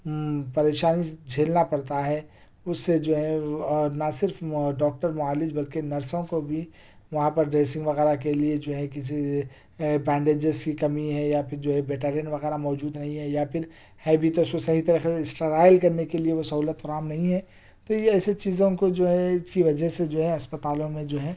ام پریشانی جھیلنا پڑتا ہے اس سے جو ہے اور نہ صرف ڈاکٹر معالج بلکہ نرسوں کو بھی وہاں پر ڈریسنگ وغیرہ کے لیے جو ہے کسی بینڈیجیز کی کمی ہے یا پھر جو ہے بیٹاڈین وغیرہ موجود نہیں ہے یا پھر ہے بھی تو صحیح طریقے سے ٹرائل کرنے کے لیے سہولت فراہم نہیں ہے تو یہ ایسے چیزوں کو جو ہے اس کی وجہ سے جو ہے اسپتالوں میں جو ہے